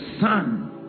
son